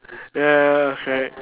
ya right